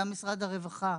משרד הרווחה,